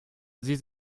sie